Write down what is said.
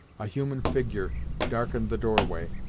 a human figure darkened the doorway,